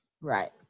Right